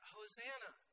Hosanna